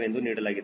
5 ಎಂದು ನೀಡಲಾಗಿದೆ